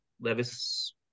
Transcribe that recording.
Levis